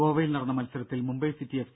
ഗോവയിൽ നടന്ന മത്സരത്തിൽ മുംബൈ സിറ്റി എഫ്